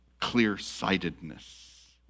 clear-sightedness